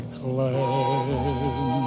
claim